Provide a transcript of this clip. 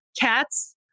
cats